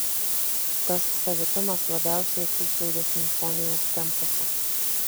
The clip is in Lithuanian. tas savitumas labiausiai atsiskleidė simfonijos tempuose